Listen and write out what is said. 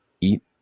eat